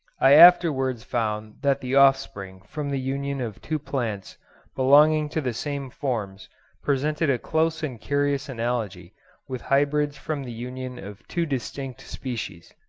i afterwards found that the offspring from the union of two plants belonging to the same forms presented a close and curious analogy with hybrids from the union of two distinct species.